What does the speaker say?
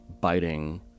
biting